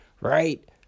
Right